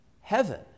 heaven